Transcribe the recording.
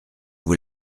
vous